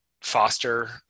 foster